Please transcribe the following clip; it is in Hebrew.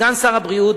סגן שר הבריאות,